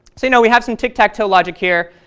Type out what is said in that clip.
so you know we have some tic tac toe logic here.